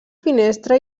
finestra